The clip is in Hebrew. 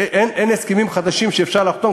אין הסכמים חדשים שאפשר לחתום,